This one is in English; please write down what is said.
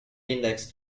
index